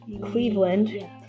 Cleveland